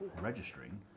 registering